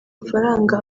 mafaranga